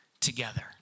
together